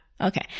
Okay